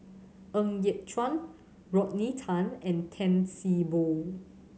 Ng Yat Chuan Rodney Tan and Tan See Boo